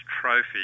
trophy